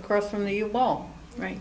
across from the wall right